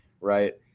right